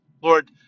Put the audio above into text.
Lord